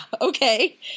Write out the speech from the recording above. okay